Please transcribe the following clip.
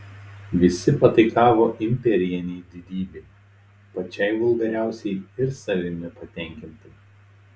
visi pataikavo imperinei didybei pačiai vulgariausiai ir savimi patenkintai